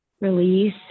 release